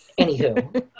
Anywho